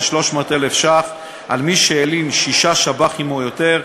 300,000 ש"ח על מי שהלין שישה שב"חים או יותר,